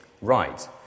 right